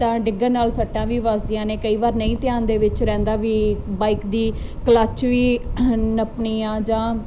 ਤਾਂ ਡਿੱਗਣ ਨਾਲ ਸੱਟਾਂ ਵੀ ਵੱਜਦੀਆਂ ਨੇ ਕਈ ਵਾਰ ਨਹੀਂ ਧਿਆਨ ਦੇ ਵਿੱਚ ਰਹਿੰਦਾ ਵੀ ਬਾਈਕ ਦੀ ਕਲੱਚ ਵੀ ਨੱਪਣੀ ਆ ਜਾਂ